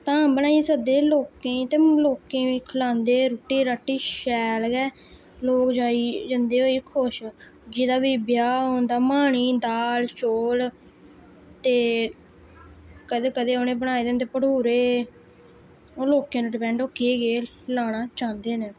धाम बनाइयै सद्धे लोकें गी ते लोकें गी खलांदे रूटी राटी शैल गै लोक जाई जंदे होई खुश जिदा बी ब्याह् होंदा माह्नी दाल चौल ते कदें कदें उ'नें बनाये दे होंदे पठुरे ओह् लोकें पर डिपैंड होंदा केह् केह् लाना चांह्दे न